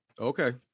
Okay